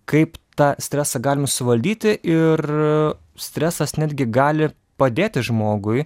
kaip tą stresą galima suvaldyti ir stresas netgi gali padėti žmogui